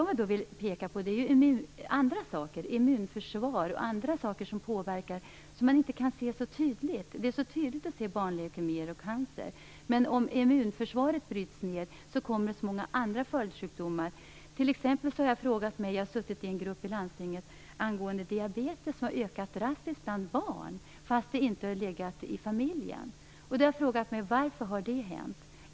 Jag vill peka på andra saker, t.ex. immunförsvaret och andra saker som påverkar och som man inte kan se så tydligt. Det är så tydligt att se barnleukemier och cancer. Men om immunförsvaret bryts ner kommer det så många andra följdsjukdomar. Jag har suttit i en grupp i landstinget angående diabetes, som har ökat drastiskt bland barn fast det inte har legat i familjen. Då har jag frågat mig varför det har hänt.